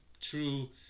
true